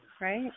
right